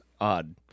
odd